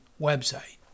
website